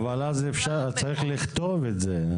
אז צריך לכתוב את זה.